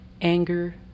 anger